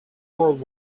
world